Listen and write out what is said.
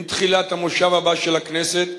עם תחילת המושב הבא של הכנסת,